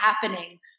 happening